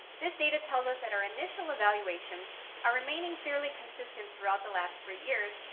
this data tells us that our initial evaluations are remaining fairly consistent throughout the last three years.